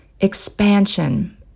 expansion